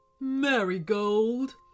Marigold